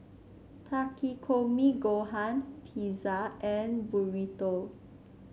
Takikomi Gohan Pizza and Burrito